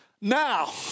now